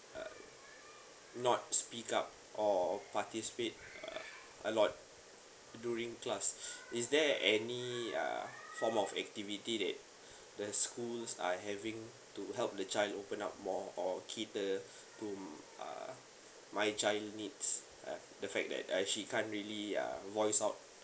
uh not speak up or participate uh a lot during class is there any uh form of activity that the school are having to help the child open up more or keep the my child needs uh the fact that uh she can't really uh voice out